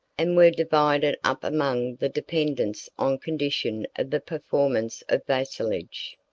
and were divided up among the dependants on condition of the performance of vassalage.